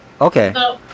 Okay